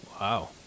Wow